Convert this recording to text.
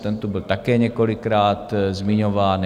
Tento tu byl také několikrát zmiňován.